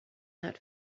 that